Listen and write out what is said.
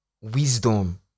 wisdom